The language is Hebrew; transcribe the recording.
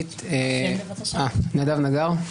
נדב נגר,